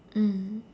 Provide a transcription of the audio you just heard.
mm